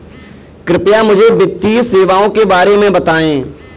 कृपया मुझे वित्तीय सेवाओं के बारे में बताएँ?